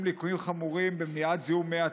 ליקויים חמורים במניעת זיהום מי התהום.